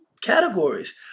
categories